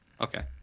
okay